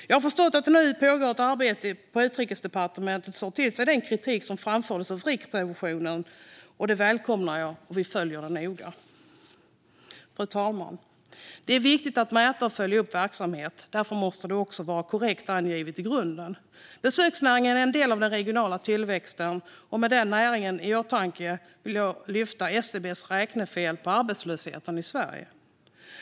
Jag har förstått att det nu pågår ett arbete på Utrikesdepartementet som tar till sig den kritik som framfördes av Riksrevisionen, och det välkomnar vi och följer noga. Fru talman! Det är viktigt att mäta och följa upp verksamhet. Därför måste det också vara korrekt angivet i grunden. Besöksnäringen är en del av den regionala tillväxten. Med den näringen i åtanke vill jag nämna SCB:s räknefel på arbetslösheten i Sverige.